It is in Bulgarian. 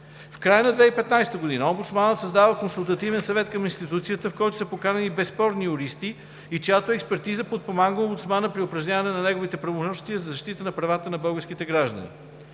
В края на 2015 г. омбудсманът създава Консултативен съвет към институцията, в който са поканени безспорни юристи и чиято експертиза подпомага омбудсмана при упражняване на неговите правомощия за защита правата на българските граждани.